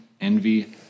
envy